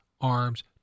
arms